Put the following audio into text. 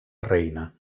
reina